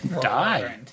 Die